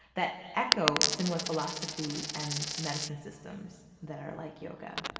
that echo similar philosophy and medicine systems that are like yoga.